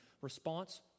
Response